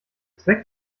zweck